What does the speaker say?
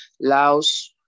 Laos